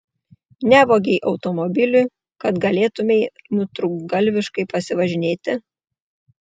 nevogei automobilių kad galėtumei nutrūktgalviškai pasivažinėti